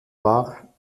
war